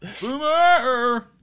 Boomer